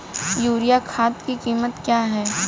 Urea खाद की कीमत क्या है?